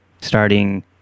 starting